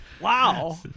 Wow